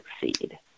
succeed